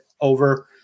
over